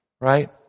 right